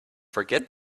forget